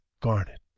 garnet